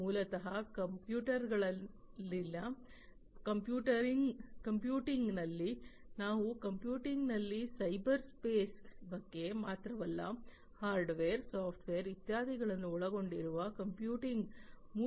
ಮೂಲತಃ ಕಂಪ್ಯೂಟಿಂಗ್ನಲ್ಲಿ ನಾವು ಕಂಪ್ಯೂಟಿಂಗ್ನಲ್ಲಿ ಸೈಬರ್ಸ್ಪೇಸ್ ಬಗ್ಗೆ ಮಾತ್ರವಲ್ಲ ಹಾರ್ಡ್ವೇರ್ ಸಾಫ್ಟ್ವೇರ್ ಇತ್ಯಾದಿಗಳನ್ನು ಒಳಗೊಂಡಿರುವ ಕಂಪ್ಯೂಟಿಂಗ್ ಮೂಲಸೌಕರ್ಯದ ಬಗ್ಗೆ ಮಾತನಾಡುತ್ತೇವೆ